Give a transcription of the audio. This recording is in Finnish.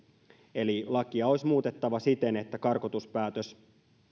eli lakia olisi muutettava siten että karkotuspäätös